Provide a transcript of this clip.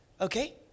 okay